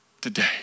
Today